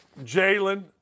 Jalen